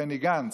בני גנץ,